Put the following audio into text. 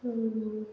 ହଁ